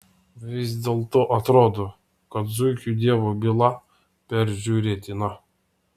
vis dėlto atrodo kad zuikių dievo byla peržiūrėtina